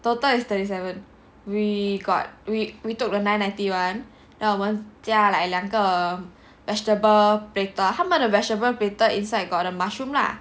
total is thirty seven we got we we took the nine ninety [one] then 我们加 like 两个 vegetable platter 他们的 vegetable platter inside got the mushroom lah